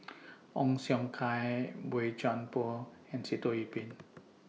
Ong Siong Kai Boey Chuan Poh and Sitoh Yih Pin